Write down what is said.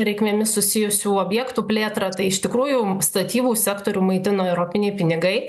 reikmėmis susijusių objektų plėtrą tai iš tikrųjų statybų sektorių maitino europiniai pinigai